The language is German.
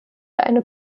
eine